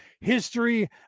History